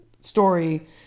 story